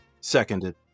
seconded